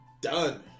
done